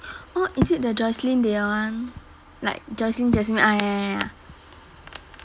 oh is it the jocelyn they all [one] like jocelyn jocelyn ah ya ya ya ya